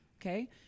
okay